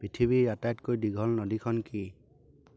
পৃথিৱীৰ আটাইতকৈ দীঘল নদীখন কি